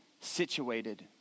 situated